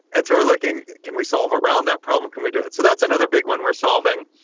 and so we're looking, can we solve around that problem? can we do it? so that's another big one we're solving.